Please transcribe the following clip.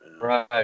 right